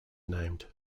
named